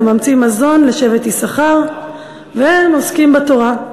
וממציא מזון לשבט יששכר והם עוסקים בתורה.